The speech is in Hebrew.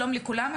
שלום לכולם,